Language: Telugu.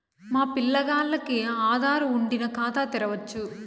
మా పిల్లగాల్లకి ఆదారు వుండిన ఖాతా తెరవచ్చు